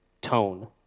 tone